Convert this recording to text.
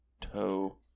toe